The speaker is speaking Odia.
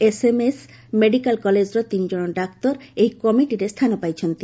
ଏସ୍ଏମ୍ଏସ୍ ମେଡ଼ିକାଲ କଲେଜର ତିନିଜଣ ଡାକ୍ତର ଏହି କମିଟିରେ ସ୍ଥାନ ପାଇଛନ୍ତି